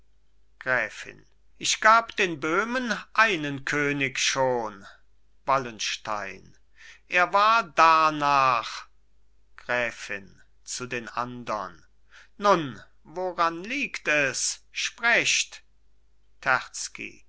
gräfin ich gab den böhmen einen könig schon wallenstein er war darnach gräfin zu den andern nun woran liegt es sprecht